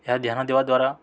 ଏହା ଧ୍ୟାନ ଦେବା ଦ୍ୱାରା